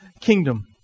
kingdom